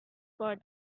for